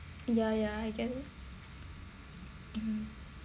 ya ya I get it mmhmm